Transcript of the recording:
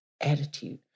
attitude